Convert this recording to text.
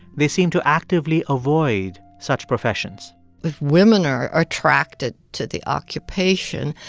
they seem to actively avoid such professions if women are are attracted to the occupation,